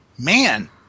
Man